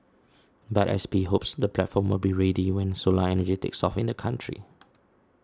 but S P hopes the platform would be ready when solar energy takes off in the country